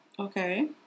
Okay